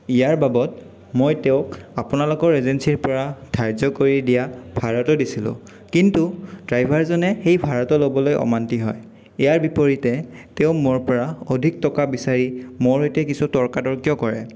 ইয়াৰ বাবদ মই তেওঁক আপোনালোকৰ এজেঞ্চীৰ পৰা ধাৰ্য্য় কৰি দিয়া ভাড়াতো দিছিলোঁ কিন্তু ড্ৰাইভাৰজনে সেই ভাড়াটো ল'বলৈ অমমান্তি হয় ইয়াৰ বিপৰীতে তেওঁ মোৰ পৰা অধিক টকা বিচাৰি মোৰ সৈতে কিছু তৰ্কাতৰ্কিও কৰে